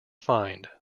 fined